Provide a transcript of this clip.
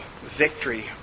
victory